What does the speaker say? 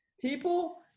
People